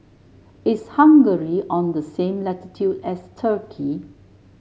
is Hungary on the same latitude as Turkey